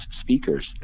speakers